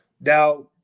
now